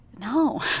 no